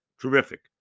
Terrific